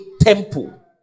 temple